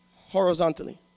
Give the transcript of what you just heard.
horizontally